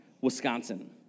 Wisconsin